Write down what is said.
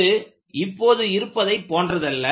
இது இப்போது இருப்பதை போன்றதல்ல